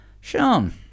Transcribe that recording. Sean